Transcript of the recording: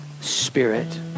spirit